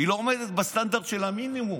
היא לא עומדת בסטנדרט של המינימום.